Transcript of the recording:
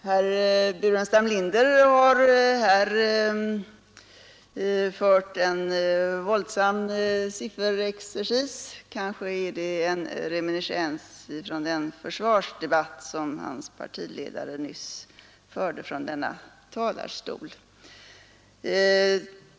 Herr talman! Herr Burenstam Linder har här fört en våldsam sifferexercis. Kanske är det en reminiscens från den försvarsdebatt som hans partiledare nyss förde från denna talarstol.